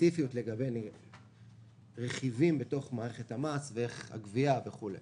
ספציפיות לגבי רכיבים בתוך מערכת המס ואיך הגבייה וכולי.